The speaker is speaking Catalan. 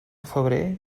febrer